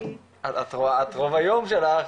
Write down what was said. את רואה רוב היום שלך,